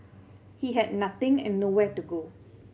he had nothing and nowhere to go